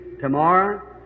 tomorrow